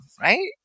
right